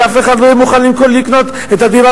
כי אף אחד לא יהיה מוכן לקנות את הדירה